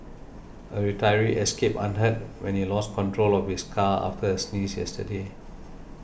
a retiree escaped unhurt when he lost control of his car after a sneeze yesterday